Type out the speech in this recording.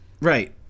right